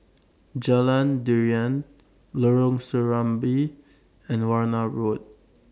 Jalan Durian Lorong Serambi and Warna Road